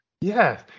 Yes